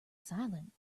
silent